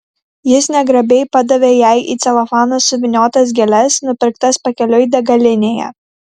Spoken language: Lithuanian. jis negrabiai padavė jai į celofaną suvyniotas gėles nupirktas pakeliui degalinėje